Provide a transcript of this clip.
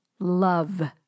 love